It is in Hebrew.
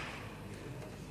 צריך לשלול.